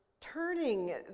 turning